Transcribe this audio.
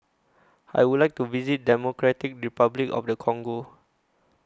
I Would like to visit Democratic Republic of The Congo